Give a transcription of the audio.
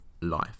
life